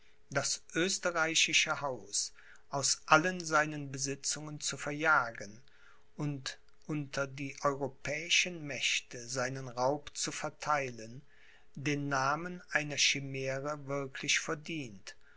das österreichische haus aus allen seinen besitzungen zu verjagen und unter die europäischen mächte seinen raub zu vertheilen den namen einer chimäre wirklich verdient